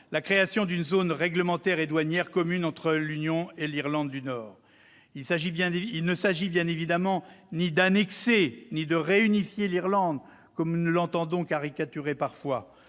la création d'une zone réglementaire et douanière commune entre l'Union et l'Irlande du Nord. Il ne s'agit bien évidemment ni d'annexer ni de réunifier l'Irlande, comme nous l'entendons caricaturer parfois.